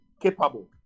capable